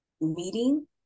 meeting